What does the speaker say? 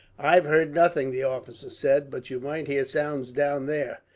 i have heard nothing, the officer said but you might hear sounds down there,